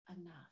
enough